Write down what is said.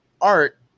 Art